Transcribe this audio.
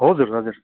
हजुर हजुर